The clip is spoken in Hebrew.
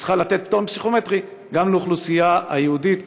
היא צריכה לתת פטור מפסיכומטרי גם לאוכלוסייה היהודית,